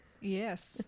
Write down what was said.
Yes